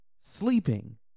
sleeping